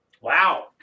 Wow